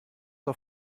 auf